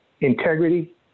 integrity